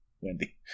Wendy